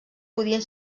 podien